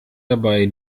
dabei